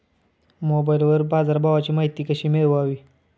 मोबाइलवर बाजारभावाची माहिती कशी मिळवावी?